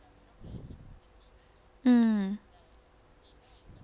mm